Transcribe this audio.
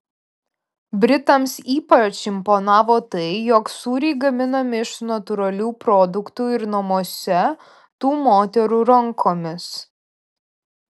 britams ypač imponavo tai jog sūriai gaminti iš natūralių produktų ir namuose tų moterų rankomis